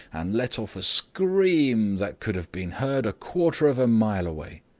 and let off a scream that could have been heard a quarter of a mile away.